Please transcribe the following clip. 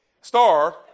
Star